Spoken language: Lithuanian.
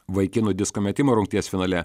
vaikinų disko metimo rungties finale